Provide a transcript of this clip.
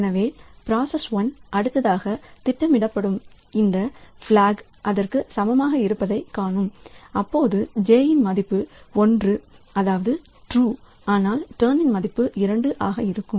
எனவே பிராசஸ் 1 அடுத்ததாக திட்டமிடப்படும் இந்த பிளாக் அதற்கு சமமாக இருப்பதைக் காணும் அப்போது j இன் மதிப்பு ஒன்று அதாவது ட்ரூ ஆனால் டர்ன் மதிப்பு 2 ஆக இருக்கும்